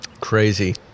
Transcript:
Crazy